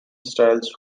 styles